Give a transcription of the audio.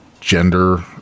gender